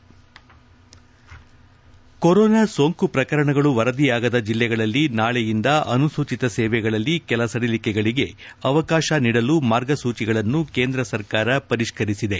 ಸಂಪ corona ಸೋಂಕು ಪ್ರಕರಣಗಳು ವರದಿಯಾಗದ ಜಿಲ್ಲೆಗಳಲ್ಲಿ ನಾಳೆಯಿಂದ ಅನುಸೂಚಿತ ಸೇವೆಗಳಲ್ಲಿ ಕೆಲ ಸಡಿಲಿಕೆಗಳಿಗೆ ಅವಕಾಶ ನೀಡಲು ಮಾರ್ಗಸೂಚಿಗಳನ್ನು ಕೇಂದ್ರ ಸರ್ಕಾರ ಪರಿಷ್ತರಿಸಿದೆ